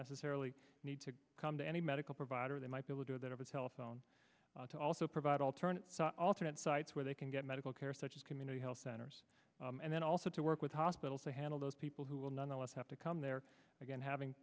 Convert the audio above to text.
necessarily need to come to any medical provider they might be able to that have a telephone to also provide alternate alternate sites where they can get medical care such as community health centers and then also to work with hospitals to handle those people who will nonetheless have to come there again having